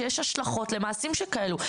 שיש השלכות למעשים שכאלו.